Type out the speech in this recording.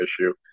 issue